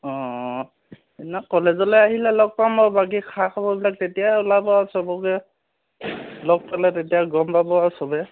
অঁ অঁ সেইদিনা কলেজলৈ আহিলে লগ পাম আৰু বাকী খা খবৰবিলাক তেতিয়াই ওলাব আৰু চবকে লগ পালে তেতিয় গম পাব আৰু চবে